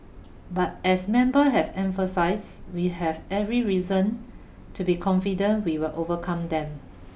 but as member have emphasized we have every reason to be confident we will overcome them